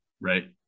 right